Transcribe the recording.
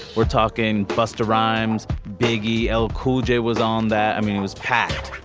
we're talking busta rhymes biggie l. cool j was on that i mean it was packed.